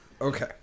Okay